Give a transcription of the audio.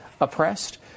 oppressed